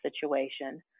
situation